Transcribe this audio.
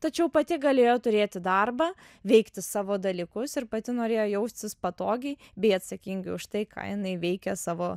tačiau pati galėjo turėti darbą veikti savo dalykus ir pati norėjo jaustis patogiai bei atsakingai už tai ką jinai veikė savo